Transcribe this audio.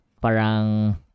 parang